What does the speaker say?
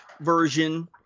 version